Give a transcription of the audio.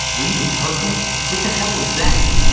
we the purple what the hell was that.